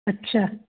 अच्छा